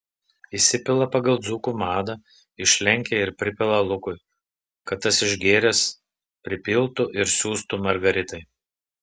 įsipila pagal dzūkų madą išlenkia ir pripila lukui kad tas išgėręs pripiltų ir siųstų margaritai